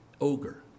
ogre